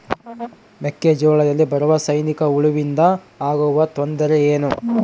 ಮೆಕ್ಕೆಜೋಳದಲ್ಲಿ ಬರುವ ಸೈನಿಕಹುಳುವಿನಿಂದ ಆಗುವ ತೊಂದರೆ ಏನು?